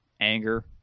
Anger